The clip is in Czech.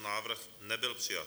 Návrh nebyl přijat.